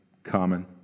Common